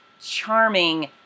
charming